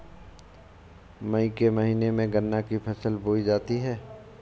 मई के महीने में गन्ना की फसल बोई जाती है